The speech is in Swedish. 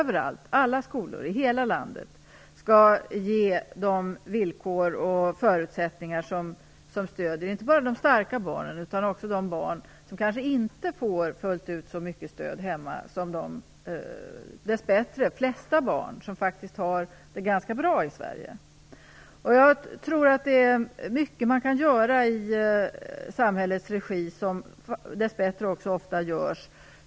De skall ge de villkor och förutsättningar som stöder inte bara de starka barnen utan också de barn som kanske inte får så mycket stöd hemma som de flesta andra barn som dess bättre har det ganska bra i Sverige får. Jag tror att det är mycket i samhällets regi som kan göras, vilket också ofta görs.